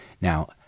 Now